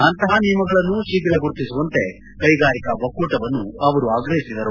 ಅಂತಹ ನಿಯಮಗಳನ್ನು ಶೀಪ್ರ ಗುರುತಿಸುವಂತೆ ಕ್ಲೆಗಾರಿಕಾ ಒಕ್ಕೂಟವನ್ನು ಅವರು ಆಗ್ರಹಿಸಿದರು